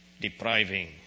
depriving